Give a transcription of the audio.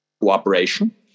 cooperation